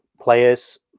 players